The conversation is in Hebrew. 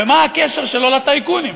מה הקשר שלו לטייקונים?